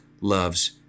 loves